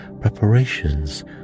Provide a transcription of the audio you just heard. preparations